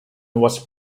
was